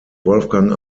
wolfgang